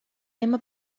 tema